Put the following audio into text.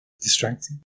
distracting